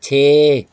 ਛੇ